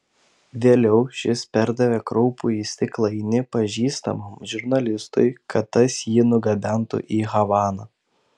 vėliau šis perdavė kraupųjį stiklainį pažįstamam žurnalistui kad tas jį nugabentų į havaną